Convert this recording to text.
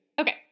Okay